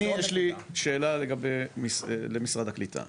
יש לי שאלה למשרד הקליטה.